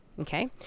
Okay